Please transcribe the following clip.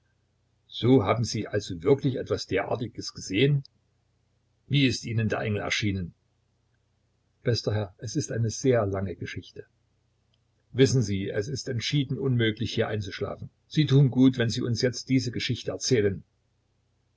so haben sie also wirklich etwas derartiges gesehen wie ist ihnen der engel erschienen bester herr es ist eine sehr lange geschichte wissen sie es ist entschieden unmöglich hier einzuschlafen sie tun gut wenn sie uns jetzt diese geschichte erzählen